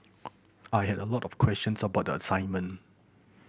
I had a lot of questions about the assignment